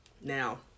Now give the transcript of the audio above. Now